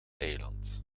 eiland